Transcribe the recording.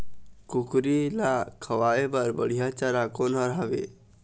कुकरी ला खवाए बर बढीया चारा कोन हर हावे?